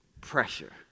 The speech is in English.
Pressure